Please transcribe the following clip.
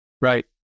right